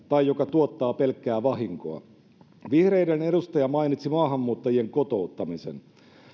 tai joka tuottaa pelkkää vahinkoa vihreiden edustaja mainitsi maahanmuuttajien kotouttamisen